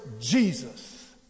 Jesus